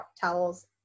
towels